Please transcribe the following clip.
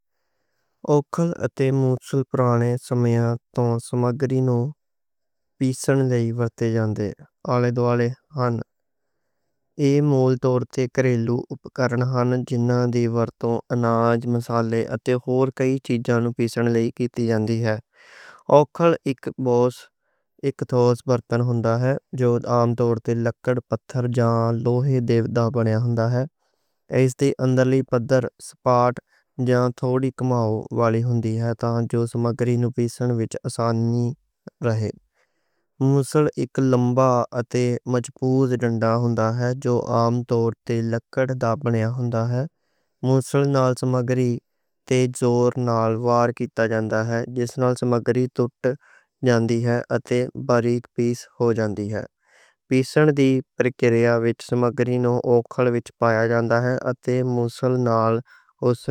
اوکھل اتے موسل پرانے ویلے توں سامگری نوں پیسڻ لئی ورتے جاندے ہن。ایہ مُل طور تے گھریلو اُپکرن ہن جنہاں دی ورتوں اناج، مصالحے اتے ہور کئی چیزاں نوں پیسڻ لئی کیتی جاندی ہے。اوکھل اک تھوس برتن ہوندا ہے جو عام طور تے لکڑ، پتھر جاں لوہے دا بنیا ہوندا ہے。اس دے اندرلی سطح سپاٹ جاں تھوڑی کماؤ والی ہوندی ہے تاں جو سامگری نوں پیسڻ وچ آسانی رہے。موسل اک لمبا اتے مضبوط ڈنڈا ہوندا ہے جو عام طور تے لکڑ دا بنیا ہوندا ہے。موسل نال سامگری تے زور نال وار کیتا جاندا ہے جس نال سامگری ٹٹ جاندی ہے اتے باریک پیس ہو جاندی ہے。پیسڻ دی پرکریا وچ سامگری نوں اوکھل وچ پایا جاندا ہے اتے موسل نال اس نال سامگری ٹٹ جاندی ہے۔